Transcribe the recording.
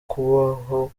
kubaho